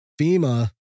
FEMA